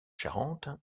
charente